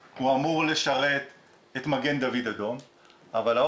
כפר-יאסיף, מכר-ג'דידה, וירכא.